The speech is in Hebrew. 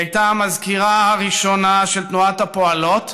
היא הייתה המזכירה הראשונה של תנועת הפועלות